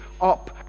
up